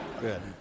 Good